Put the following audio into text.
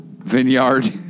Vineyard